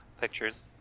pictures